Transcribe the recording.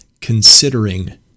considering